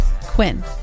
Quinn